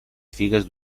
figues